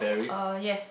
uh yes